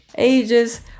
ages